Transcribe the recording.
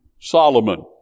Solomon